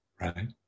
Right